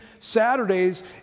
Saturdays